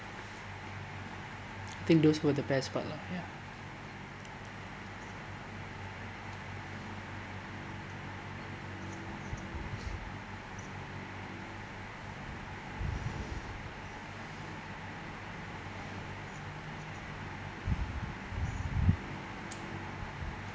think those were the best part lah ya